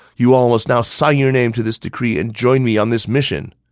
you all must now sign your name to this decree and join me on this mission.